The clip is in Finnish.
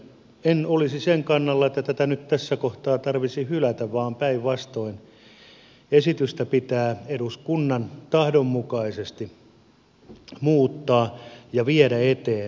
en olisi sen kannalla että tämä nyt tässä kohtaa tarvitsisi hylätä vaan päinvastoin esitystä pitää eduskunnan tahdon mukaisesti muuttaa ja viedä eteenpäin